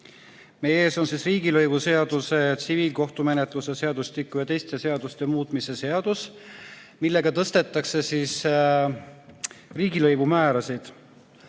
Meie ees on riigilõivuseaduse, tsiviilkohtumenetluse seadustiku ja teiste seaduste muutmise seadus, millega tõstetakse riigilõivumäärasid.